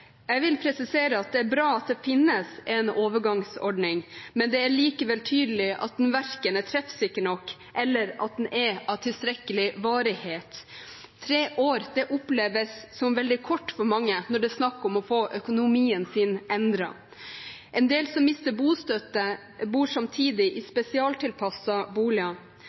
Jeg vil presisere at det er bra at det finnes en overgangsordning, men det er likevel tydelig at den verken er treffsikker nok eller er av tilstrekkelig varighet. Tre år oppleves som veldig kort for mange når det er snakk om å få økonomien sin endret. En del som mister bostøtte, bor samtidig i spesialtilpassede boliger.